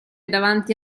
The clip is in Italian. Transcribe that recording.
davanti